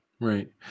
right